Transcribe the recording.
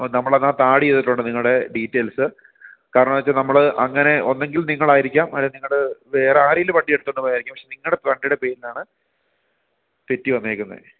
അപ്പോൾ നമ്മൾ അതിനകത്ത് ആഡ് ചെയ്തിട്ടുണ്ട് നിങ്ങളുടെ ഡീറ്റെയ്ൽസ് കാരണം എന്ന് വെച്ചാൽ നമ്മൾ അങ്ങനെ ഒന്നെങ്കിൽ നിങ്ങളായിരിക്കാം അല്ലേ നിങ്ങളുടെ വേറാരേലും വണ്ടി എടുത്തുകൊണ്ട് പോയതായിരിക്കാം പക്ഷെ നിങ്ങളുടെ വണ്ടിയുടെ പേരിലാണ് പെറ്റി വന്നേക്കുന്നത്